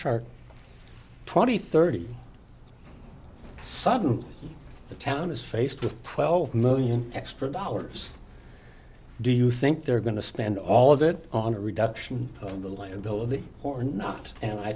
chart twenty thirty sudden the town is faced with twelve million extra dollars do you think they're going to spend all of it on a reduction of the liability or not and i